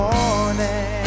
Morning